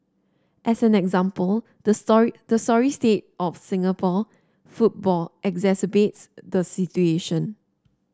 as an example the story the sorry state of Singapore football exacerbates the situation